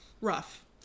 Rough